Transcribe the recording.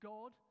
God